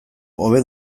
hobe